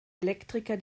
elektriker